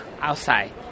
outside